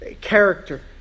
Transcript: character